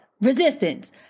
resistance